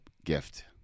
gift